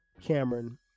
Cameron